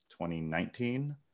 2019